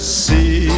see